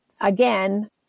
again